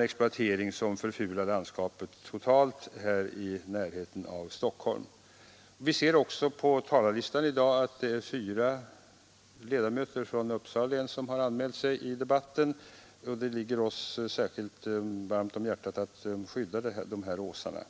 exploatering som förfular landskapet alldeles enormt. På talarlistan i denna fråga kan vi också se att fyra ledamöter från Uppsala län har anmält sig i debatten, och det tyder ju på att det ligger oss särskilt varmt om hjärtat att skydda grusåsarna.